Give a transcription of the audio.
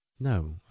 No